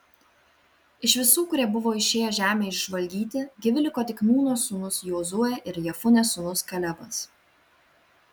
iš visų kurie buvo išėję žemę išžvalgyti gyvi liko tik nūno sūnus jozuė ir jefunės sūnus kalebas